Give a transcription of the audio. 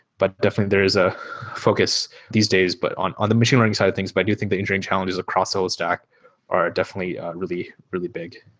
but definitely there is a focus these days but on on the machine learning side of things, but we think the engineering challenges across all stack are definitely really, really big.